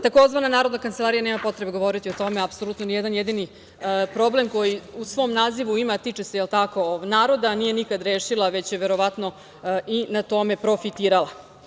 Takozvana Narodna kancelarija, nema potrebe govoriti o tome, apsolutno nijedan jedini problem koji u svom nazivu ima, a tiče se naroda, nije nikada rešila već je verovatno i na tome profitirala.